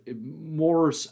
more